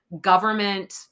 government